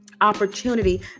opportunity